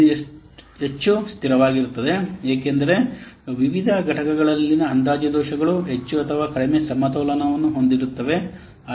ಇದು ಹೆಚ್ಚು ಸ್ಥಿರವಾಗಿರುತ್ತದೆ ಏಕೆಂದರೆ ವಿವಿಧ ಘಟಕಗಳಲ್ಲಿನ ಅಂದಾಜು ದೋಷಗಳು ಹೆಚ್ಚು ಅಥವಾ ಕಡಿಮೆ ಸಮತೋಲನವನ್ನು ಹೊಂದಿರುತ್ತವೆ